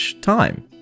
time